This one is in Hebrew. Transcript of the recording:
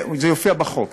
יופיע בחוק